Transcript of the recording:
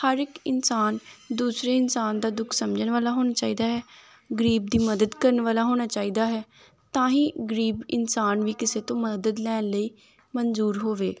ਹਰ ਇੱਕ ਇਨਸਾਨ ਦੂਸਰੇ ਇਨਸਾਨ ਦਾ ਦੁੱਖ ਸਮਝਣ ਵਾਲਾ ਹੋਣਾ ਚਾਹੀਦਾ ਹੈ ਗਰੀਬ ਦੀ ਮਦਦ ਕਰਨ ਵਾਲਾ ਹੋਣਾ ਚਾਹੀਦਾ ਹੈ ਤਾਂ ਹੀ ਗਰੀਬ ਇਨਸਾਨ ਵੀ ਕਿਸੇ ਤੋਂ ਮਦਦ ਲੈਣ ਲਈ ਮਨਜ਼ੂਰ ਹੋਵੇ